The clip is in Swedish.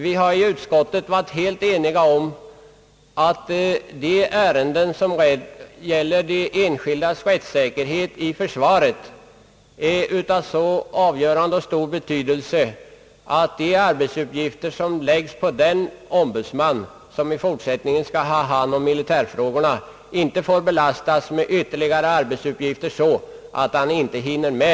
Vi har ju i utskottet varit helt eniga om att de ärenden som gäller de enskildas rättssäkerhet inom försvaret är av så stor betydelse att den ombudsman som i fortsättningen skall ha hand om militärfrågorna inte får belastas med ytterligare arbetsuppgifter.